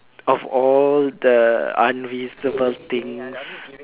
of all the unreasonable things